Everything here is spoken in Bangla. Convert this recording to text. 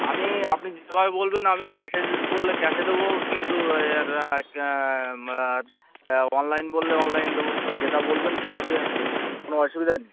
আমি আপনি যেভাবে বলবেন আমি ক্যাশে বললে ক্যাশে দেবো কিন্তু এর মার অনলাইন বললে অনলাইন দেবো যেটা বলবেন সেভাবেই আমি দেবো কোনো অসুবিধা নেই